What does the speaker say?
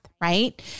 right